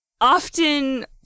often